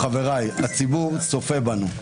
ולסיום, תדעו, חבריי, הציבור צופה בנו.